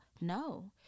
No